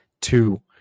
two